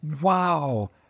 wow